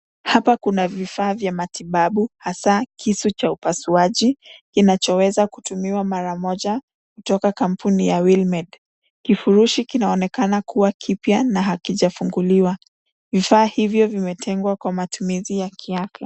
Hapa kuna vifaa vya matibabu, hasa kisu cha upasuaji, kinachoweza kutumiwa mara moja kutoka kampuni ya Wilmed. Kifurushi kinaonekana kuwa kipya na hakija funguliwa. Vifaa hivyo vimetengwa kwa matumivi ya Kiafia.